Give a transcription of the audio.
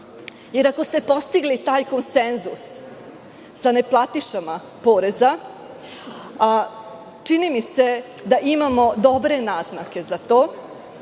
Jer, ako ste postigli taj konsenzus sa neplatišama poreza, a čini mi se da imamo dobre naznake za to,